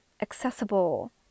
accessible